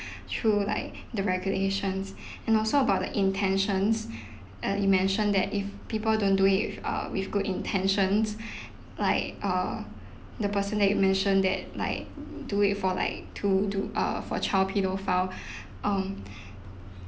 through like the regulations and also about the intentions and you mentioned that if people don't do it with uh with good intentions like uh the person that you mentioned that like do it for like to to uh for child paedophile um